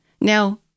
Now